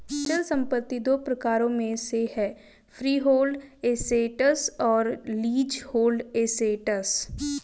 अचल संपत्ति दो प्रकारों में से एक है फ्रीहोल्ड एसेट्स और लीजहोल्ड एसेट्स